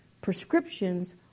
prescriptions